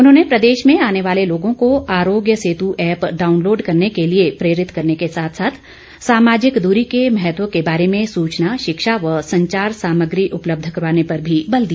उन्होंने प्रदेश में आने वाले लोगों को आरोग्य सेतु ऐप्प डाउनलोड करने के लिए प्रेरित करने के साथ साथ सामाजिक दूरी के महत्व के बारे में सूचना शिक्षा व संचार सामग्री उपलब्ध करवाने पर भी बल दिया